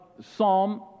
Psalm